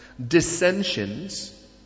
Dissensions